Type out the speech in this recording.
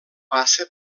passa